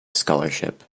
scholarship